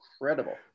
incredible